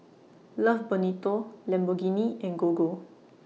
Love Bonito Lamborghini and Gogo